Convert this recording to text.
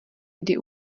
kdy